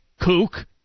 kook